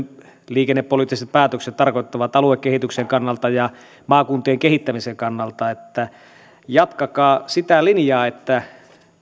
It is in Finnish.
liikennepoliittiset päätökset tarkoittavat aluekehityksen kannalta ja maakuntien kehittämisen kannalta jatkakaa sitä linjaa että